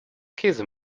käse